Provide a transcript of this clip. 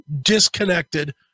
disconnected